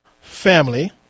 family